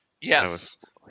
Yes